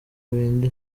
bindi